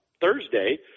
Thursday